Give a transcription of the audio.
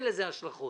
אני רוצה להעיר הערה.